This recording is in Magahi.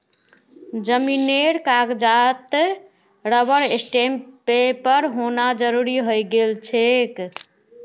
जमीनेर कागजातत रबर स्टैंपेर होना जरूरी हइ गेल छेक